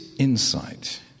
Insight